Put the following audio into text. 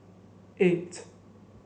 eight